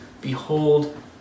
Behold